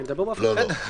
אני מדבר באופן כללי.